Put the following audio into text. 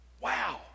wow